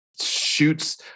shoots